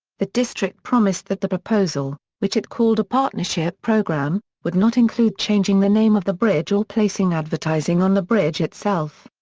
the district promised that the proposal, which it called a partnership program, would not include changing the name of the bridge or placing advertising on the bridge itself.